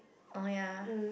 oh ya